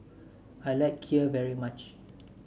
I like kheer very much